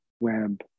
web